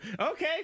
Okay